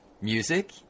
music